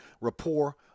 rapport